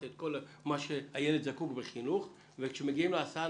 את כל מה שהילד זקוק בחינוך וכאשר מגיעים להסעה,